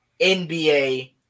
NBA